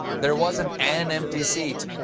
there wasn't an empty seat.